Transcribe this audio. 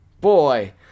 Boy